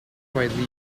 widely